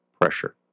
pressure